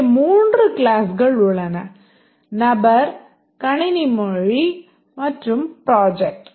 இங்கே மூன்று க்ளாஸ்கள் உள்ளன நபர் கணினி மொழி மற்றும் ப்ராஜெக்ட்